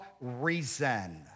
reason